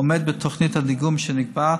עומד בתוכנית הדיגום שנקבעה,